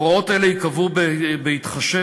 הוראות אלה ייקבעו בהתחשב,